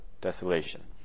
desolation